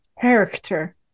character